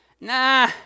Nah